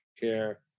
care